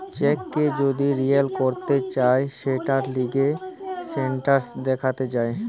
check কে যদি clear করতে চায় সৌটার লিগে স্টেটাস দেখা যায়